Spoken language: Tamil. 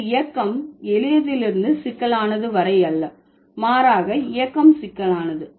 இங்கு இயக்கம் எளியதிலிருந்து சிக்கலானது வரை அல்ல மாறாக இயக்கம் சிக்கலானது